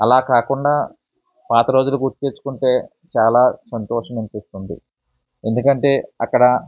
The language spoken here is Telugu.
అలా కాకుండా పాత రోజులు గుర్తు తెచ్చుకుంటే చాలా సంతోషం అనిపిస్తుంది ఎందుకంటే అక్కడ